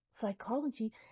psychology